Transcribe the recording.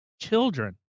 children